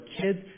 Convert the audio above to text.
kids